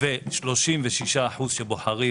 ו-36% שבוחרים